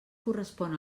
correspon